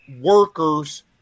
Workers